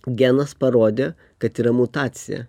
genas parodė kad yra mutacija